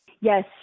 Yes